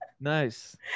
Nice